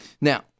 Now